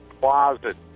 closet